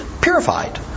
purified